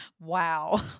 wow